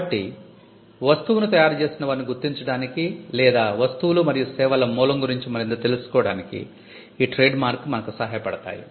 కాబట్టి వస్తువును తయారుచేసిన వారిని గుర్తించడానికి లేదా వస్తువులు మరియు సేవల మూలం గురించి మరింత తెలుసుకోవడానికి ఈ ట్రేడ్మార్క్ గుర్తులు మనకు సహాయపడతాయి